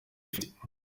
ifite